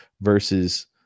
versus